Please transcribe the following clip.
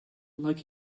like